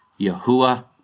Yahuwah